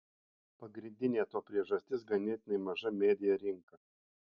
pagrindinė to priežastis ganėtinai maža media rinka